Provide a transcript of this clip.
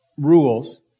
rules